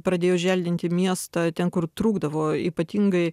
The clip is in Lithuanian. pradėjo želdinti miestą ten kur trūkdavo ypatingai